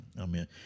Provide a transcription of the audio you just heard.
Amen